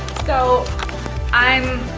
so i'm